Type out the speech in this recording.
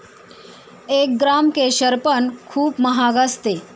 एक ग्राम केशर पण खूप महाग असते